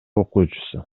окуучусу